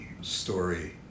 story